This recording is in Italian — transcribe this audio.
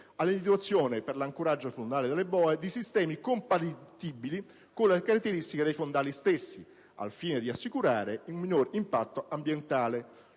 all'individuazione, per l'ancoraggio sul fondale delle boe, di sistemi compatibili con le caratteristiche dei fondali stessi, ai fini di assicurare un minore impatto ambientale;